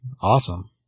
Awesome